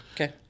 Okay